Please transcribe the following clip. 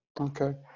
Okay